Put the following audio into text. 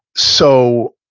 so